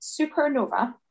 Supernova